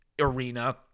arena